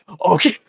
Okay